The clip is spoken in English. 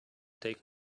take